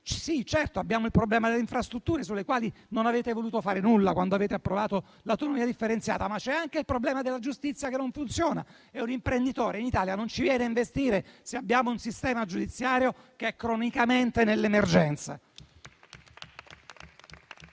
Sì, certo, abbiamo il problema delle infrastrutture sulle quali non avete voluto fare nulla quando avete approvato l'autonomia differenziata. Ma c'è anche il problema della giustizia che non funziona e, se abbiamo un sistema giudiziario cronicamente nell'emergenza,